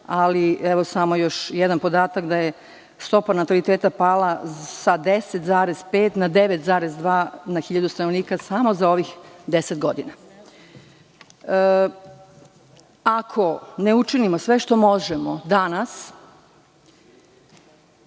danas. Samo još jedan podatak, da je stopa nataliteta pala sa 10,5% na 9,2% na hiljadu stanovnika, samo za ovih 10 godina. Ako ne učinimo sve što možemo danas